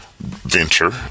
venture